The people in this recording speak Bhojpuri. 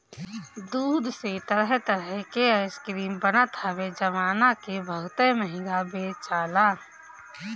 दूध से तरह तरह के आइसक्रीम बनत हवे जवना के बहुते महंग बेचाला